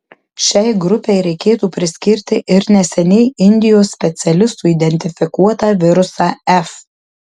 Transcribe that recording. šiai grupei reikėtų priskirti ir neseniai indijos specialistų identifikuotą virusą f